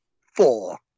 Four